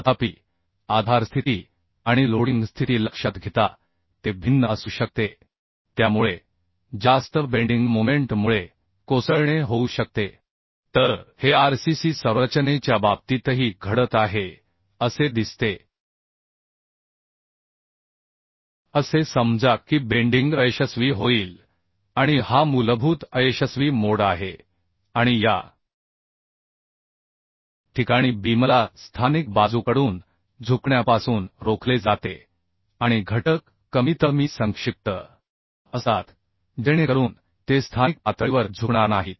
तथापि आधार स्थिती आणि लोडिंग स्थिती लक्षात घेता ते भिन्न असू शकते त्यामुळे जास्त बेंडिंग मोमेंट मुळे कोसळणे होऊ शकते तर हे RCC संरचनेच्या बाबतीतही घडत आहे असे दिसते असे समजा की बेंडिंग अयशस्वी होईल आणि हा मूलभूत अयशस्वी मोड आहे आणि या ठिकाणी बीमला स्थानिक बाजूकडून झुकण्यापासून रोखले जाते आणि घटक कमीतकमी संक्षिप्त असतात जेणेकरून ते स्थानिक पातळीवर झुकणार नाहीत